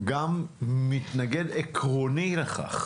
אני גם מתנגד עקרוני לכך